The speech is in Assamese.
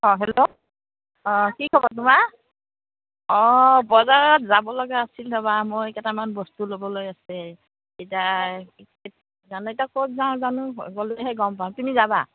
অঁ হেল্ল' অঁ কি খবৰ তোমাৰ অঁ বজাৰত যাব লগা আছিল মই কেইটামান বস্তু ল'বলৈ আছে এতিয়া জানো ক'ত যাওঁ জানো গ'লেহে গম পাম তুমি যাবা